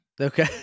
Okay